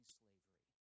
slavery